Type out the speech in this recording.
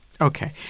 okay